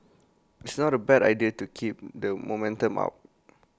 it's not A bad idea to keep that momentum up